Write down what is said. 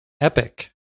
Epic